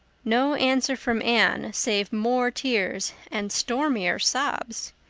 no answer from anne save more tears and stormier sobs!